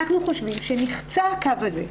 אנחנו חושבים שנחצה הקו הזה,